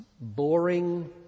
boring